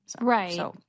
Right